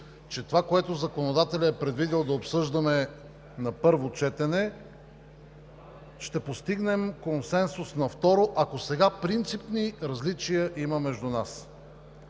че с това, което законодателят е предвидил да обсъждаме на първо четене, ще постигнем консенсус на второ, ако сега има принципни различия между нас.